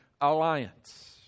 alliance